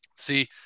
see